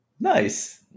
Nice